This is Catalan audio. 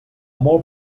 molt